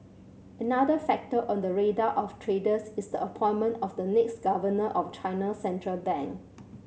another factor on the radar of traders is the appointment of the next governor of China's central bank